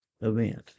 event